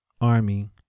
army